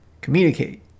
communicate